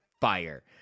fire